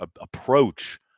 approach